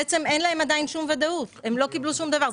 בעצם עדיין אין להם שום ודאות והם לא קיבלו שום דבר.